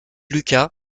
lucas